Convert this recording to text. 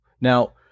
Now